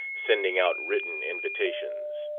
sending out written invitations.